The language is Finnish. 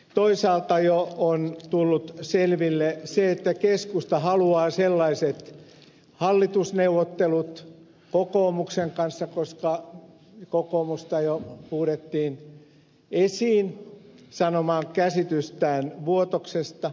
toisaalta jo on tullut selville se että keskusta haluaa sellaiset hallitusneuvottelut kokoomuksen kanssa koska kokoomusta jo huudettiin esiin sanomaan käsitystään vuotoksesta